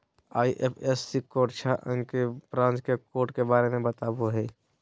IFSC code छह अंक branch के कोड के बारे में बतावो हइ